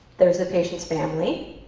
there's the patient's family.